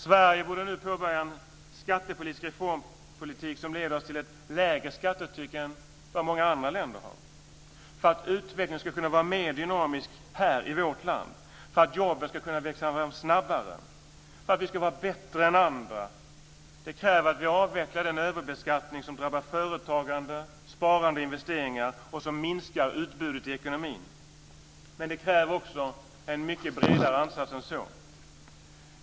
Sverige borde nu påbörja en skattepolitisk reformpolitik som leder till ett lägre skattetryck än vad många andra länder har. För att utvecklingen ska vara mer dynamisk i vårt land, för att jobben ska växa snabbare, för att vi ska vara bättre än andra, krävs att vi avvecklar den överbeskattning som drabbar företagande, sparande och investeringar och som minskar utbudet i ekonomin. Det kräver också en mycket bredare ansats än så.